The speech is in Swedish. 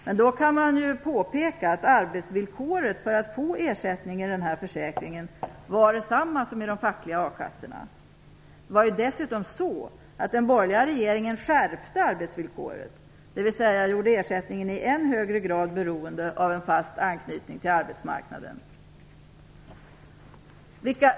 Men man kan då påpeka att arbetsvillkoret för att få ersättning från denna försäkring var detsamma som i de fackliga a-kassorna. Dessutom skärpte den borgerliga regeringen arbetsvillkoret, dvs. gjorde ersättningen i än högre grad beroende av en fast anknytning till arbetsmarknaden.